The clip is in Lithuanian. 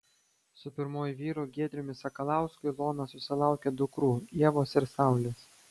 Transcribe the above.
su pirmuoju vyru giedriumi sakalausku ilona susilaukė dukrų ievos ir saulės